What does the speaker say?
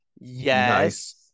Yes